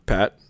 Pat